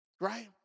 right